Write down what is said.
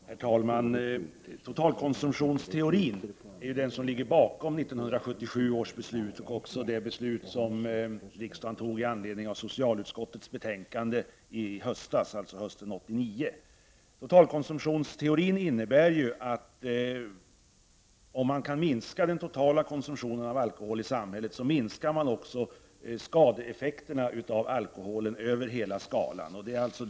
Herr talman! Det är totalkonsumtionsteorin som ligger bakom 1977 års beslut och också det beslut som riksdagen fattade i anledning av socialutskottets betänkande hösten 1989. Totalkonsumtionsteorin innebär att om man kan minska den totala konsumtionen av alkohol i samhället, minskar man också skadeeffekterna av alkoholen över hela skalan.